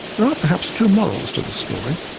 there are perhaps two morals to this story.